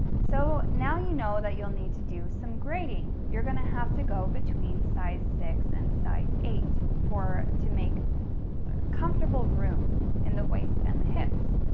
so now you know that you'll need to do some grading. you're gonna have to go between size six and size eight for to make comfortable room in the waist and the hips.